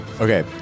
Okay